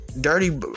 dirty